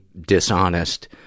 dishonest